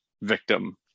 victim